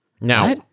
Now